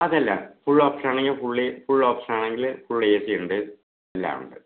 അതല്ല ഫുൾ ഓപ്ഷനാണെങ്കിൽ fully full option ആണെങ്കിൽ ഫുൾ ഏ സി ഉണ്ട് എല്ലാമുണ്ട്